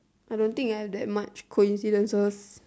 I don't think I have that much coincidences